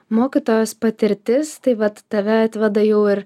mokytojos patirtis tai vat tave atveda jau ir